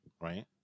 right